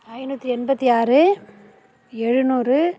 ஐநூற்றி எண்பத்தி ஆறு எழுனூறு